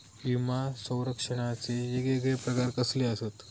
विमा सौरक्षणाचे येगयेगळे प्रकार कसले आसत?